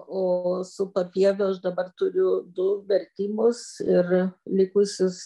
o su papieviu aš dabar turiu du vertimus ir likusius